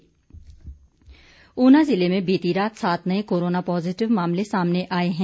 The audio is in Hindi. कोरोना अपडेट ऊना जिले में बीती रात सात नए कोरोना पॉज़िटिव मामले सामने आए हैं